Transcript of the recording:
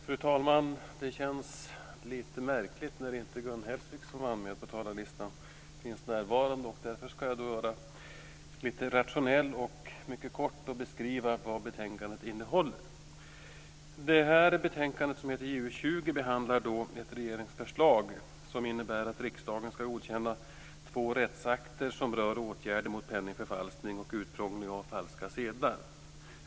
Fru talman! Det känns lite märkligt när inte Gun Hellsvik som var anmäld på talarlistan finns närvarande. Därför ska jag vara lite rationell och mycket kort beskriva vad betänkandet innehåller. Det här betänkandet, som heter JuU20, behandlar ett regeringsförslag som innebär att riksdagen ska godkänna två rättsakter som rör åtgärder mot penningförfalskning och utprångling av falska pengar.